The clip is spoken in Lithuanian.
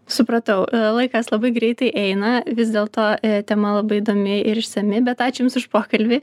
supratau laikas labai greitai eina vis dėl to tema labai įdomi ir išsami bet ačiū jums už pokalbį